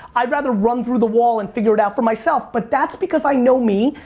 i'd rather run through the wall and figure it out for myself but that's because i know me,